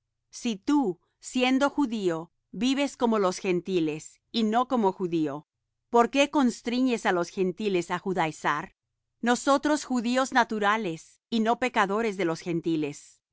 si tú siendo judío vives como los gentiles y no como judío por qué constriñes á los gentiles á judaizar nosotros judíos naturales y no pecadores de los gentiles